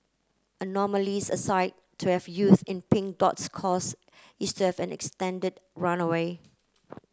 anomalies aside to have youths in Pink Dot's cause is to have an extended runway